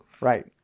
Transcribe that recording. Right